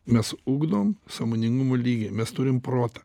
mes ugdom sąmoningumo lygį mes turim protą